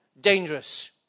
Dangerous